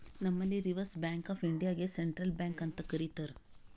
ನಂಬಲ್ಲಿ reserve bank of ಇಂಡಿಯಾಗೆ central bank ಅಂತ್ ಕರಿತಾರ್